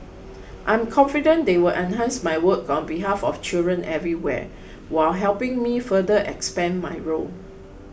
I am confident they will enhance my work on behalf of children everywhere while helping me further expand my role